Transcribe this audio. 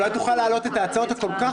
אולי תוכל להעלות את ההצעות הכול כך